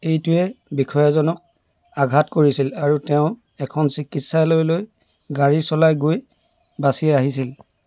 এইটোৱে বিষয়াজনক আঘাত কৰিছিল আৰু তেওঁ এখন চিকিৎসালয়লৈ গাড়ী চলাই গৈ বাচি আহিছিল